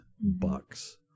bucks